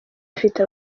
ifite